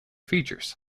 features